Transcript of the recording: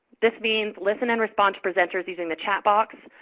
this means listen and respond to presenters using the chat box,